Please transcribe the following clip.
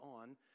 on